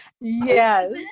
Yes